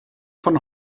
von